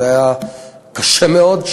זה היה קשה מאוד.